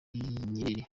nyerere